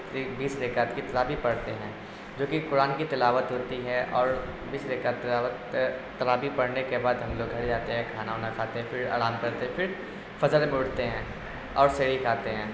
بیس رکعت کی تراویح پڑھتے ہیں جو کہ قرآن کی تلاوت ہوتی ہے اور بیس رکعت تلاوت تراویح پڑھنے کے بعد ہم لوگ گھر جاتے ہیں کھانا وانا کھاتے ہیں پھر آرام کرتے ہیں پھر فجر میں اٹھتے ہیں اور سحری کھاتے ہیں